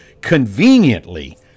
Conveniently